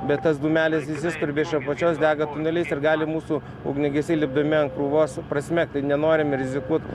bet tas dūmelis išsiskverbia iš apačios dega tuneliais ir gali mūsų ugniagesiai lipdami ant krūvos prasmegti nenorime rizikuot